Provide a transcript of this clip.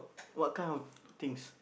what kind of things